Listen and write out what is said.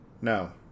No